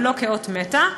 ולא כאות מתה.